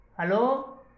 hello